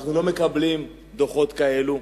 שאנחנו לא מקבלים דוחות כאלה.